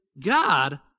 God